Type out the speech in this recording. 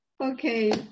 okay